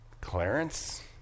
Clarence